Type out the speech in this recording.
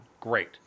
Great